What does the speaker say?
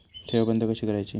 ठेव बंद कशी करायची?